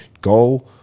go